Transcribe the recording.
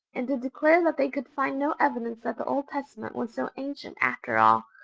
and to declare that they could find no evidence that the old testament was so ancient after all,